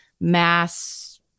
mass